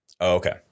Okay